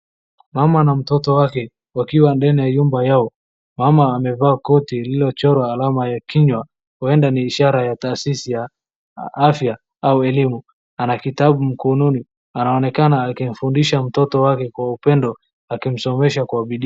Mama na mtoto wake wakiwa ndani ya nyumba yao. Mama amevaa koti lililochorwa alama ya kinywa. Huenda ni ishara ya taasisi ya afya au elimu. Ana kitabu mkononi. Anaonekana akimfundisha mtoto wake kwa upendo akimsomesha kwa bidii.